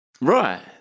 Right